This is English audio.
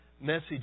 message